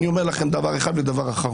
אני אומר לכם דבר אחד ואחרון: